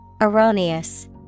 Erroneous